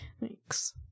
Thanks